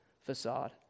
facade